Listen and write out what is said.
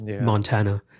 Montana